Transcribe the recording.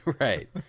Right